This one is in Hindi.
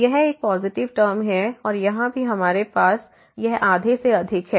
तो यह एक पॉसिटिव टर्म है और यहां भी हमारे पास यह आधे से अधिक है